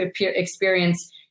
experience